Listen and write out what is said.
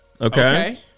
Okay